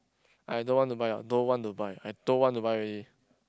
I don't want to buy don't want to buy I don't want to buy already